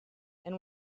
and